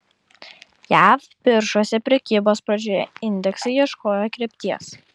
jav biržose prekybos pradžioje indeksai ieškojo krypties